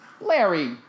Larry